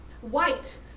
White